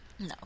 No